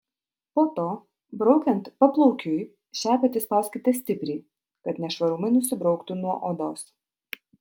po to braukiant paplaukiui šepetį spauskite stipriai kad nešvarumai nusibrauktų nuo odos